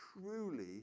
truly